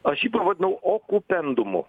aš jį pavadinau okupendumu